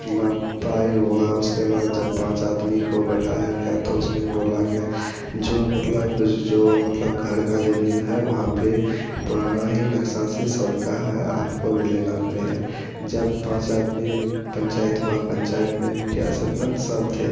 नपाई हुआ उसके बाद जब पाँच आदमी को बैठाया गया तो उसमें बोला गया जो मतलब फ़िर जो मतलब घर की ज़मीन है वहाँ पर पुराना ही नक्शा से सबका है आपकाे भी लेना पड़ेगा जब पाँच आदमी पंचायत हुआ पंचायत में मुखिया सरपंच सब थे